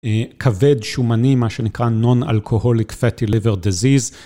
כבד שומני, מה שנקרא Non-Alcoholic Fatty Liver Disease.